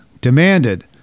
demanded